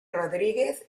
rodriguez